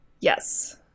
Yes